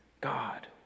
God